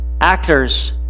actors